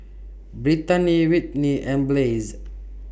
Brittanie Whitney and Blaise